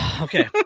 Okay